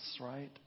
right